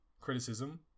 criticism